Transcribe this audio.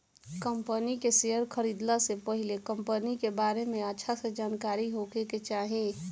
company के share खरीदला से पहिले कंपनी के बारे में अच्छा से जानकारी होखे के चाही